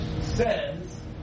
says